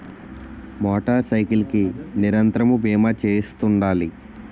motor cycle కి నిరంతరము బీమా చేయిస్తుండాలి